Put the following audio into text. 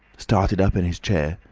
started up in his chair,